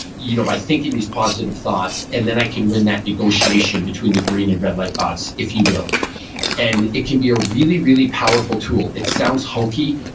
you know by thinking these positive thoughts, and then i can win that negotiation between the green and red light thoughts, if you will and it can be a really, really powerful tool. it sounds hokey.